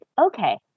okay